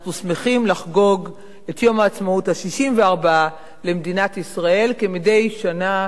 אנחנו שמחים לחגוג את יום העצמאות ה-64 למדינת ישראל כמדי שנה,